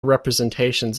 representations